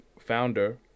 founder